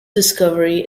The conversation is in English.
discovery